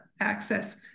Access